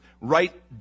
right